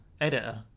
editor